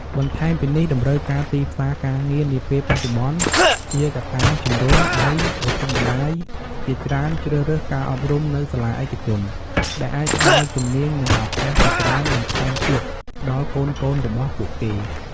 បន្ថែមពីនេះ តម្រូវការទីផ្សារការងារនាពេលបច្ចុប្បន្នជាកត្តាជំរុញឱ្យឪពុកម្តាយជាច្រើនជ្រើសរើសការអប់រំនៅសាលាឯកជន ដែលអាចផ្តល់ជំនាញ និងឱកាសជាច្រើនបន្ថែមទៀតដល់កូនៗរបស់ពួកគេ។